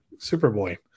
Superboy